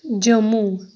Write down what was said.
Jammu